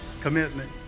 Commitment